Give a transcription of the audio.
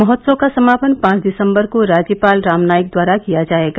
महोत्सव का समापन पाँच दिसम्बर को राज्यपाल राम नाईक द्वारा किया जायेगा